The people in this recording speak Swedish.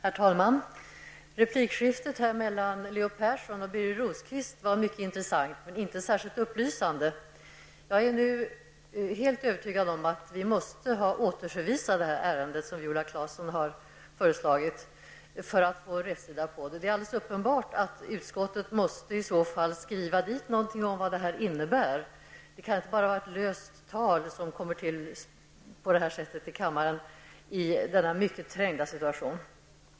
Herr talman! Replikskiftet mellan Leo Persson och Birger Rosqvist var mycket intressant men inte särskilt upplysande. Jag är nu helt övertygad om att vi, som Viola Claesson har föreslagit, måste återförvisa det här ärendet till utskottet för att få rätsida på det. Det är alldeles uppenbart att utskottet måste skriva någonting om vad det här innebär. Beslutet kan inte bara grundas på löst tal som kommer till på det här sättet i kammaren, i denna mycket trängda situation.